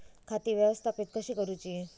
खाती व्यवस्थापित कशी करूची?